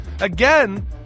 again